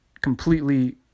completely